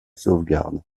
sauvegarde